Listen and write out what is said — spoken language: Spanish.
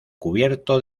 cubierto